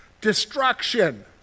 destruction